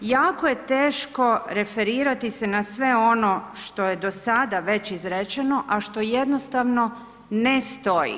Jako je teško referirati se na sve ono što je do sada već izrečeno, a što jednostavno ne stoji.